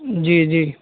جی جی